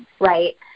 Right